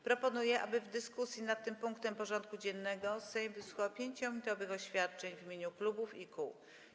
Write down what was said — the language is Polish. Proponuję, aby w dyskusji nad tym punktem porządku dziennego Sejm wysłuchał 5-minutowych oświadczeń w imieniu klubów i kół.